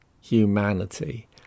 humanity